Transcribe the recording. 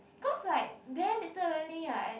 cause like there little really right